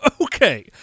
Okay